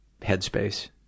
headspace